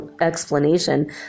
explanation